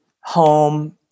home